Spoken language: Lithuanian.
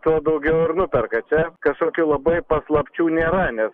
tuo daugiau ir nuperka čia kažkokių labai paslapčių nėra nes